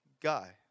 guy